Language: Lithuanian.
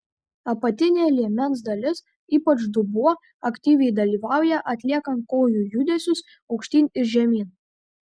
apatinė liemens dalis ypač dubuo aktyviai dalyvauja atliekant kojų judesius aukštyn ir žemyn